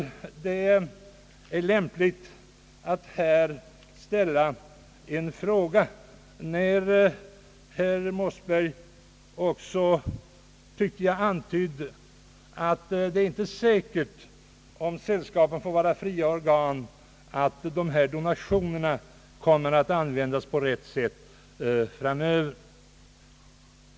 Herr Mossberger antydde att det inte är säkert, om sällskapen skall vara fria organ, att dessa donationer kommer att användas på rätt sätt framöver.